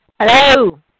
Hello